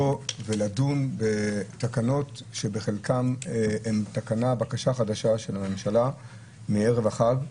ולדון בתקנות שבחלקן הן בקשה חדשה של הממשלה מערב החג,